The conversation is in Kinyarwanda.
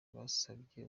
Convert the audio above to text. basabye